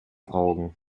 augen